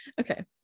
Okay